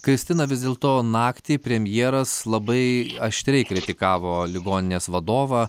kristina vis dėlto naktį premjeras labai aštriai kritikavo ligoninės vadovą